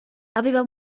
aveva